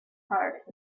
heart